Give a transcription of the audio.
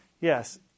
Yes